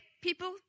people